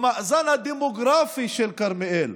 במאזן הדמוגרפי של כרמיאל,